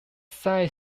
side